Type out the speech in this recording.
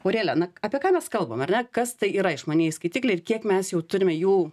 aurelia na apie ką mes kalbam ar ne kas tai yra išmanieji skaitikliai ir kiek mes jau turime jų